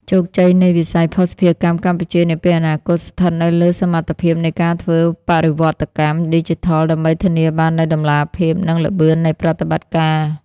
ជោគជ័យនៃវិស័យភស្តុភារកម្មកម្ពុជានាពេលអនាគត ស្ថិតនៅលើសមត្ថភាពនៃការធ្វើបរិវត្តកម្មឌីជីថល ដើម្បីធានាបាននូវតម្លាភាព និងល្បឿននៃប្រតិបត្តិការ។